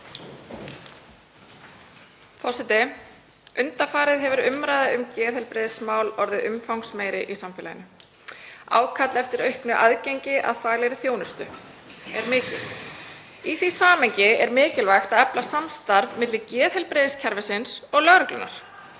Forseti. Undanfarið hefur umræða um geðheilbrigðismál orðið umfangsmeiri í samfélaginu. Ákall eftir auknu aðgengi að faglegri þjónustu er mikið. Í því samhengi er mikilvægt að efla samstarf milli geðheilbrigðiskerfisins og lögreglunnar